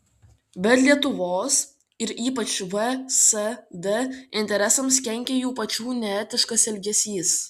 bet lietuvos ir ypač vsd interesams kenkia jų pačių neetiškas elgesys